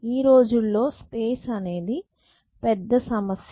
ఈ రోజుల్లో స్పేస్ అనేది పెద్ద సమస్య